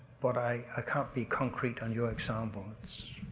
but i ah can't be concrete on your example, it's.